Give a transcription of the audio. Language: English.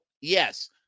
yes